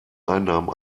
einnahmen